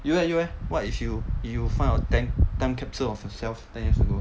you leh you leh what if you you find your ten year capsule of yourself ten years ago